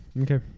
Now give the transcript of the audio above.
Okay